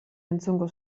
entzungo